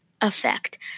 effect